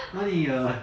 哪里 err